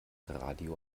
radio